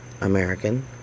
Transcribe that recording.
American